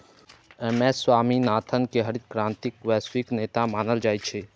M S Swaminathan कें हरित क्रांतिक वैश्विक नेता मानल जाइ छै